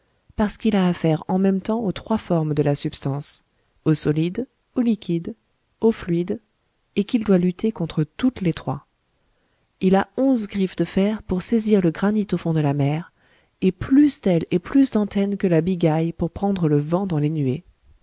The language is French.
parce qu'il a affaire en même temps aux trois formes de la substance au solide au liquide au fluide et qu'il doit lutter contre toutes les trois il a onze griffes de fer pour saisir le granit au fond de la mer et plus d'ailes et plus d'antennes que la bigaille pour prendre le vent dans les nuées